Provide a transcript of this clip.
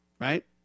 right